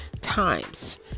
times